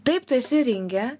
taip tu esi ringe